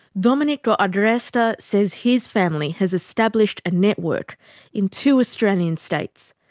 domenico agresta says his family has established a network in two australian states.